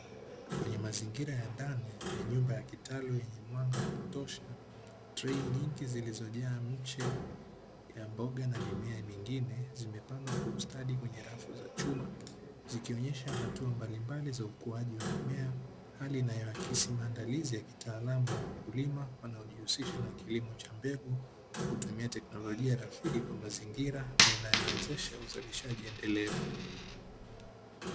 Kwenye mazingira ya ndani ya nyumba ya kitalu yenye mwanga wa kutosha, trei nyingi zilizojaa miche ya mboga na mimea mingine imepandwa kwa ustadi kwenye rafu za chuma, zikionesha hatua mbalimbali za ukuaji wa mimea. Hali inayoakisi maandalizi ya kitaalamu ya mkulima anayejihusisha na kilimo cha mbegu kwa kutumia teknolojia rafiki kwa mazingira na inayowezesha uzalishaji endelevu.